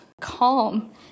calm